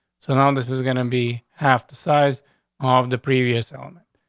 so, no, this is gonna be half the size off the previous element.